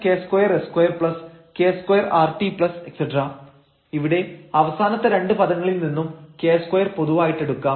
അതിനർത്ഥം Δf12r hrks2 k2 s2k2 rt⋯ ഇവിടെ അവസാനത്തെ രണ്ട് പദങ്ങളിൽ നിന്നും k2 പൊതുവായിട്ടെടുക്കാം